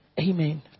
Amen